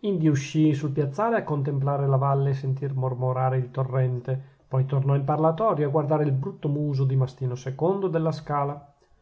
indi uscì sul piazzale a contemplare la valle e sentir mormorare il torrente poi tornò in parlatorio a guardare il brutto muso di mastino ii della scala